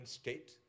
state